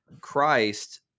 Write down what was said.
Christ